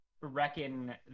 reckon